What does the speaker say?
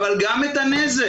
אבל גם את הנזק,